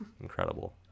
Incredible